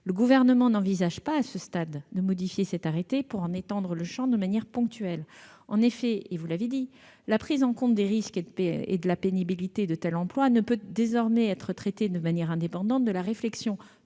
Le Gouvernement n'envisage pas, à ce stade, de modifier cet arrêté pour en étendre le champ de manière ponctuelle. En effet- vous l'avez dit -, la prise en compte des risques et de la pénibilité de tel ou tel emploi ne peut désormais être traitée indépendamment de la réflexion